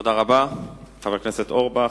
תודה רבה, חבר הכנסת אורבך,